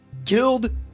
killed